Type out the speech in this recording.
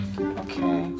Okay